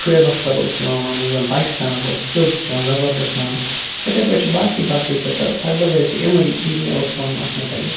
شُعیب اختر اوس یِوان ماننہٕ یُس زن پاکِستانُک اوس سُہ تہِ اوس یِوان زبردست ماننہٕ یِتھٕے پٲٹھۍ چھِ باقٕے باقٕے تہِ تہٕ لگ بگ حظ چھِ یِمٕے یہِ مےٚ اوس وَنُن اَتھ مَتعلِق